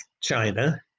China